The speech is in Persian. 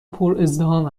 پرازدحام